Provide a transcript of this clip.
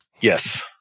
Yes